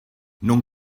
non